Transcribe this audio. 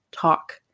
talk